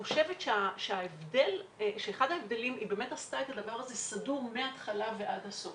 אחד ההבדלים והיא עשתה את הדבר הזה סדור מהתחלה ועד הסוף.